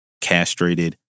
castrated